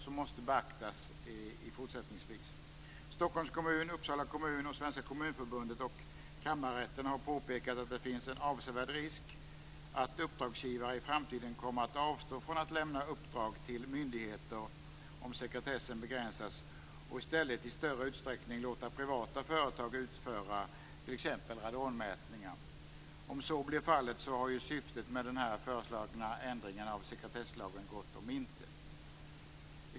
Den måste fortsättningsvis beaktas. Kommunförbundet och kammarrätten har påpekat att det finns en avsevärd risk att uppdragsgivare i framtiden kommer att avstå från att lämna uppdrag till myndigheter om sekretessen begränsas och i stället i större utsträckning låter privata företag utföra t.ex. radonmätningar. Om så blir fallet har ju syftet med den föreslagna ändringen av sekretesslagen gått om intet.